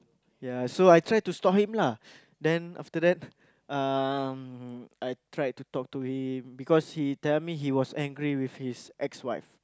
ya so I tried to stop him lah then after that um I tried to talk to him because he tell me he was angry with his ex wife